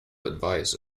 advise